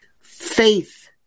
faith